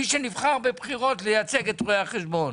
מי שנבחר בבחירות לייצג את רואי החשבון,